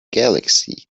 galaxy